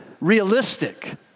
realistic